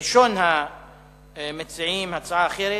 ראשון המציעים הצעה אחרת,